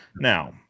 now